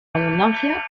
abundancia